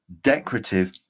decorative